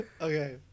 Okay